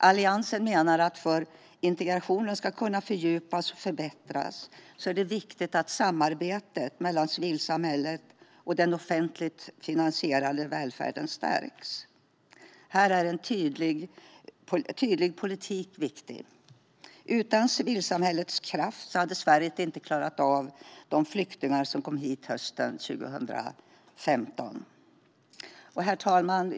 Alliansen menar att för att integrationen ska kunna fördjupas och förbättras är det viktigt att samarbetet mellan civilsamhället och den offentligt finansierade välfärden stärks. Här är en tydlig politik viktig. Utan civilsamhällets kraft hade Sverige inte klarat av att ta emot de flyktingar som kom hit hösten 2015. Herr talman!